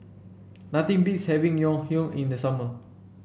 nothing beats having Ngoh Hiang in the summer